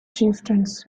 chieftains